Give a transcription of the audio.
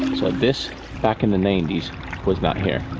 so this back in the ninety s was not here.